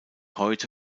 heute